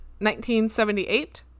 1978